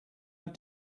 have